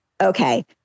Okay